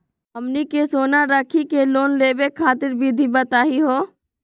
हमनी के सोना रखी के लोन लेवे खातीर विधि बताही हो?